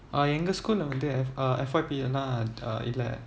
I எங்க:enga school வந்துட்டு:vanthutu F~ uh F_Y_P ல தான் இருக்கா இல்ல:la thaan irukaa illa